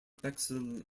bexhill